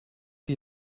die